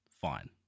fine